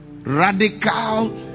radical